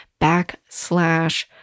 backslash